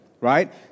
Right